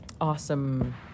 awesome